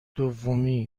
دومی